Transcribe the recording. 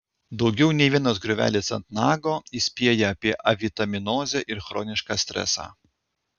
daugiau nei vienas griovelis ant nago įspėja avie avitaminozę ir chronišką stresą